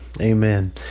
Amen